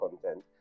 content